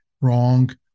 wrong